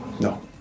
No